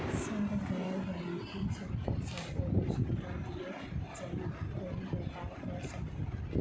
Sir गैर banking सुविधा सँ कोनों सुविधा दिए जेना कोनो व्यापार करऽ सकु?